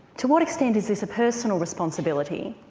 to what extent is this a personal responsibility,